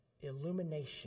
Illumination